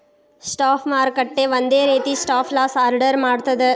stop ಮಾರುಕಟ್ಟೆ ಒಂದ ರೇತಿ ಸ್ಟಾಪ್ ಲಾಸ್ ಆರ್ಡರ್ ಮಾಡ್ತದ